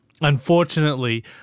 Unfortunately